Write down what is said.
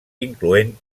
incloent